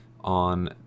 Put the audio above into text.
on